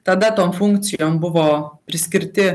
tada tom funkcijom buvo priskirti